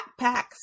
backpacks